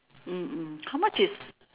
mm mm how much is